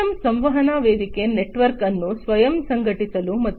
system ಸಂವಹನ ವೇದಿಕೆ network ಅನ್ನು ಸ್ವಯಂ ಸಂಘಟಿಸಲು